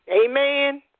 Amen